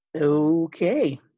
Okay